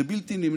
זה בלתי נמנע.